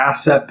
asset